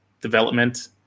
development